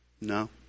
no